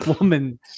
woman